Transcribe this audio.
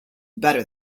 better